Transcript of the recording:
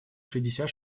шестьдесят